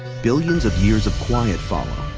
billions of years of quiet follow,